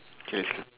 K let's go